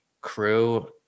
crew